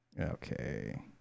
Okay